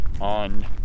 on